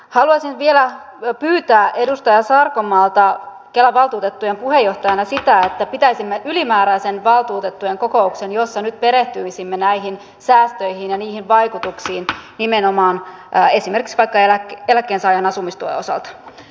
haluaisin vielä pyytää edustaja sarkomaalta kelan valtuutettujen puheenjohtajalta sitä että pitäisimme ylimääräisen valtuutettujen kokouksen jossa nyt perehtyisimme näihin säästöihin ja niihin vaikutuksiin nimenomaan esimerkiksi vaikka eläkkeensaajan asumistuen osalta